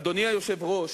אדוני היושב-ראש,